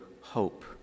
hope